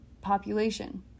population